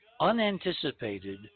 unanticipated